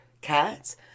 cats